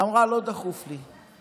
אמרה: לא דחוף לי.